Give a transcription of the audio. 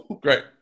great